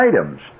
items